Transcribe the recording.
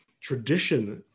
tradition